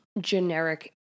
generic